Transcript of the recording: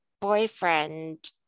boyfriend